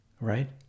right